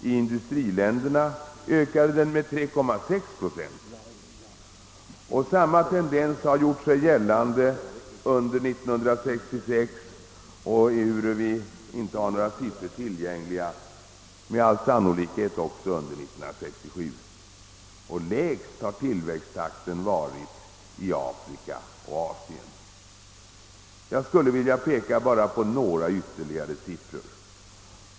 I industriländerna ökade den med 3,6 procent. Samma tendens har gjort sig gällande under 1966 och även om det inte föreligger några siffror — med all sannolikhet också under 1967. Lägst har tillväxttakten varit i Afrika och Asien. Jag skulle vilja peka på ytterligare några siffror.